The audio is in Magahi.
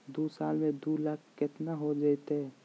दू साल में दू लाख केतना हो जयते?